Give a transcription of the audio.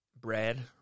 bread